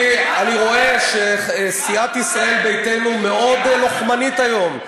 אני רואה שסיעת ישראל ביתנו מאוד לוחמנית היום.